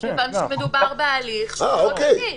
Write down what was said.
אם מדובר בהליך שהוא חוקתי.